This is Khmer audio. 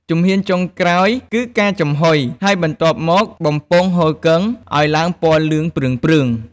ជំហានចុងក្រោយ គឺការចំហុយ ហើយបន្ទាប់មកបំពងហ៊ូគឹងឱ្យឡើងពណ៌លឿងព្រឿងៗ។